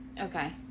okay